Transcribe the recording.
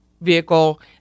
vehicle